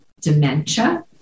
dementia